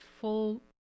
full